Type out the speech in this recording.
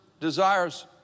desires